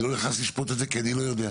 אני לא שופט את זה כי אני לא יודע.